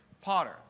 Potter